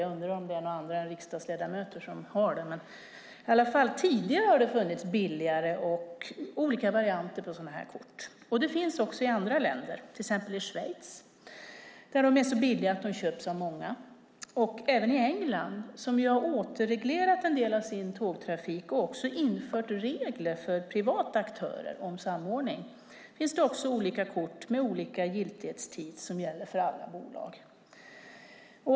Jag undrar om det är några andra än riksdagsledamöter som har det. Men tidigare har det funnits olika billigare varianter av sådana här kort. De finns också i andra länder, till exempel i Schweiz, där de är så billiga att de köps av många, och även i England, som har återreglerat en del av sin tågtrafik och också infört regler för privata aktörer om samordning. Där finns det också olika kort med olika giltighetstid som gäller för alla bolag.